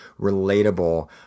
relatable